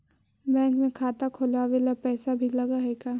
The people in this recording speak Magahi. बैंक में खाता खोलाबे ल पैसा भी लग है का?